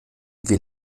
wir